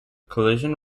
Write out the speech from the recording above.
collision